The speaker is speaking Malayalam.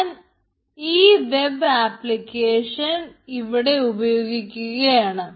ഞാൻ ഈ വെബ് ആപ്ലിക്കേഷൻ ഇവിടെ ഉപയോഗിക്കുകയാണ്